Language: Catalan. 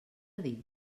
dir